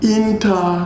inter